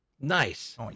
Nice